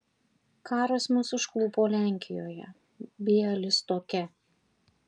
karas mus užklupo lenkijoje bialystoke